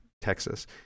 texas